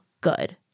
good